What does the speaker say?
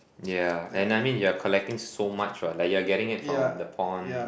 yeah and I mean you're collecting so much what like you are getting it from the pond